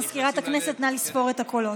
מזכירת הכנסת, נא לספור את הקולות.